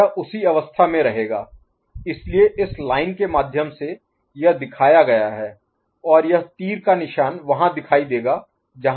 यह उसी अवस्था में रहेगा इसलिए इस लाइन के माध्यम से यह दिखाया गया है और यह तीर का निशान वहां दिखाई देगा जहां यह है